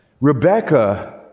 Rebecca